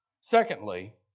Secondly